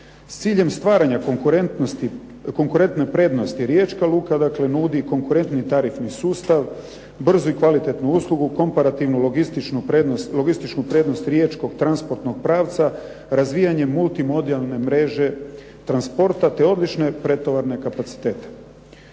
S ciljem stvaranja konkurentne prednosti Riječka luka nudi konkurentni tarifni sustav, brzu i kvalitetnu uslugu, komparativnu logističnu prednost riječkog transportnog pravca razvijanjem multimodijalne mreže transporta te odlične pretovarne kapacitete.